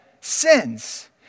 sins